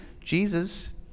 Jesus